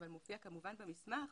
אבל מופיע כמובן במסמך,